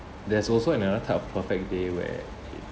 there's also another type of perfect day where